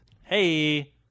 Hey